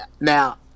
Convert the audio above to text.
Now